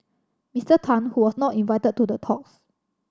Mister Tan who was not invited to the talks